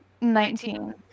Nineteen